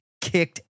kicked